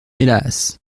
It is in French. hélas